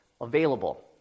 available